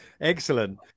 Excellent